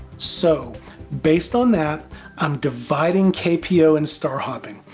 so based on that i'm dividing kpo and star hopping,